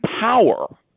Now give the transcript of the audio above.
power